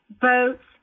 boats